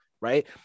right